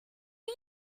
you